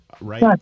right